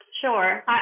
Sure